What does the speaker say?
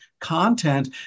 content